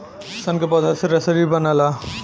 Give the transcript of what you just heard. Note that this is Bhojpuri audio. सन के पौधा से रसरी बनला